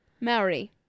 Maori